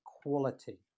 quality